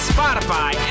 Spotify